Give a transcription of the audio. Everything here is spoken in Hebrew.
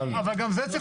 אבל --- גם זה צריך